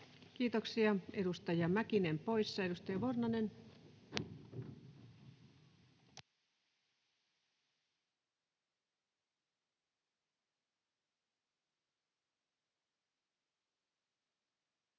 Kiitoksia. — Edustaja Mäkinen poissa. — Edustaja Vornanen. [Speech